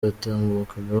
batambukaga